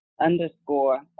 underscore